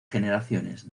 generaciones